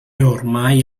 ormai